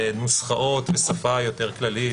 נוסחאות בשפה יותר כללית,